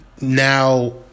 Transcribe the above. now